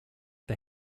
the